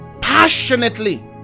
passionately